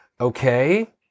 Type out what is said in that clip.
okay